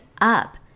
up